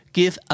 give